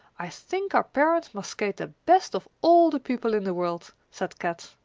i think our parents must skate the best of all the people in the world, said kat.